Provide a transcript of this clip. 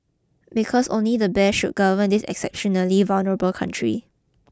because only the best should govern this exceptionally vulnerable country